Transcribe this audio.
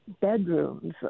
bedrooms